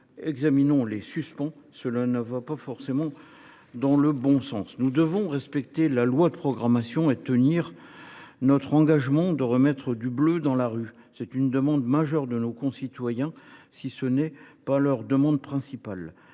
examinons les suspend. Cela ne va pas dans le bon sens. Nous devons respecter la loi de programmation et tenir notre engagement de remettre « du bleu » dans la rue. C’est une demande majeure de nos concitoyens, si ce n’est leur principale